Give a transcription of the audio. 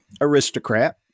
aristocrat